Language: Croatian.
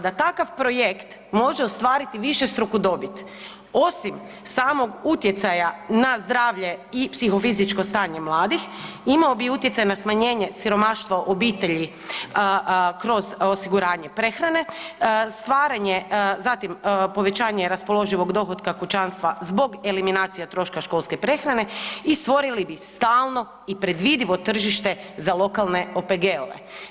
Da takav projekt može ostvariti višestruku dobit osim samog utjecaja na zdravlje i psihofizičko stanje mladih imao bi utjecaj na smanjenje siromaštva u obitelji kroz osiguranje prehrane, zatim povećanje raspoloživog dohotka kućanstva zbog eliminacija troška školske prehrane i stvorili bi stalno i predvidivo tržište za lokalne OPG-ove.